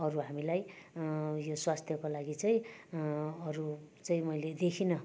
अरू हामीलाई यो स्वास्थ्यको लागि चाहिँ अरू चाहिँ मैले देखिन